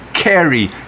Carry